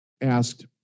asked